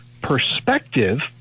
perspective